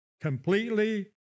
completely